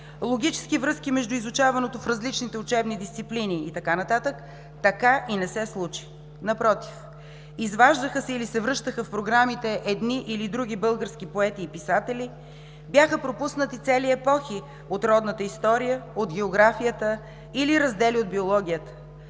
логически връзки между изучаваното в различните учебни дисциплини и така нататък така и не се случи. Напротив, изваждаха се или се връщаха в програмите едни или други български поети и писатели, бяха пропуснати цели епохи от родната история, от географията или раздели от биологията.